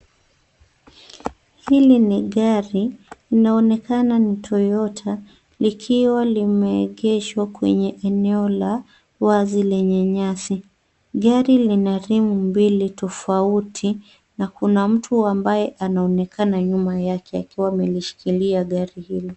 Hili ni gari linaloonekana ni Toyota likiwa limeegeshwa kwenye eneo la wazi lenye nyasi. Gari lina limu mbili tofauti, na kuna mtu ambaye anaonekana nyuma yake akiwa amelishikilia gari hilo.